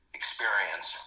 experience